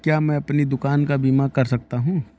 क्या मैं अपनी दुकान का बीमा कर सकता हूँ?